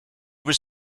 was